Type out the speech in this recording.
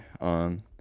on